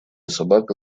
собака